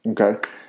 Okay